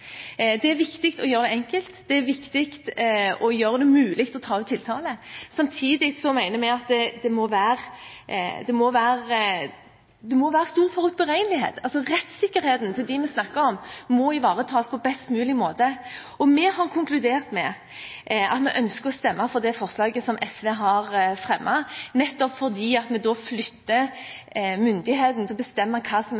Det er viktig å gjøre det enkelt, det er viktig å gjøre det mulig å ta ut tiltale. Samtidig mener vi at det må være stor forutberegnelighet. Rettssikkerheten til dem vi snakker om, må ivaretas på best mulig måte. Og vi har konkludert med at vi ønsker å stemme for det forslaget som SV har fremmet, nettopp fordi vi da flytter myndigheten til å bestemme hva som er